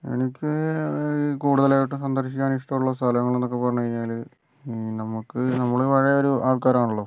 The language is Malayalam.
എനിക്ക് കൂടുതലായിട്ട് സന്ദർശിക്കാൻ ഇഷ്ടമുള്ള സ്ഥലങ്ങൾ എന്നൊക്കെ പറഞ്ഞു കഴിഞ്ഞാൽ നമുക്ക് നമ്മൾ പഴയൊരു ആൾക്കാരാണല്ലോ